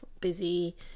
busy